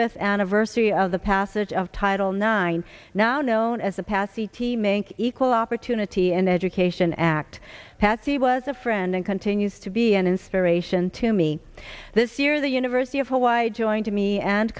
fifth anniversary of the passage of title nine now known as the pass c t make equal opportunity and education act patsy was a friend and continues to be an inspiration to me this year the university of hawaii joining to me and